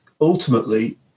ultimately